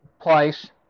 place